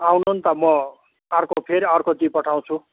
आउनु नि त म अर्को फेरि अर्को दिइपठाउँछु